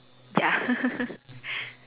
ya